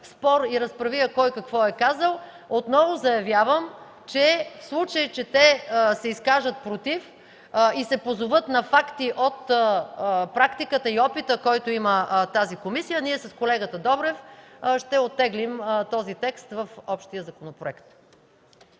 спор и разправия кой какво е казал, отново заявявам, че в случай, че те се изкажат „против” и се позоват на факти от практиката и опита, който има тази комисия, ние с колегата Добрев ще оттеглим този текст в общия законопроект.